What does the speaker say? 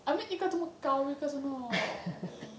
I mean 一个这么高一个这么